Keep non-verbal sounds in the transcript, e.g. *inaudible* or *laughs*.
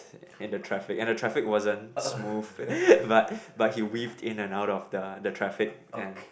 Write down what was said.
and the traffic and the traffic wasn't smooth *laughs* but but he weaved in and out of the the traffic and